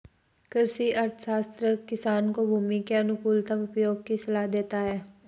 कृषि अर्थशास्त्र किसान को भूमि के अनुकूलतम उपयोग की सलाह देता है